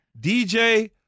DJ